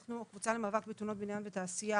אנחנו קבוצה למאבק בתאונות בניין ותעשייה,